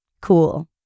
cool